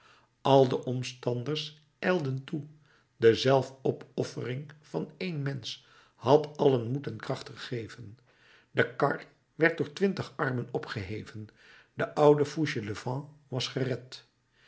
al de omstanders ijlden toe de zelfopoffering van één mensch had allen moed en kracht gegeven de kar werd door twintig armen opgeheven de oude fauchelevent was gered